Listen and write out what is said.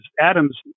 Adam's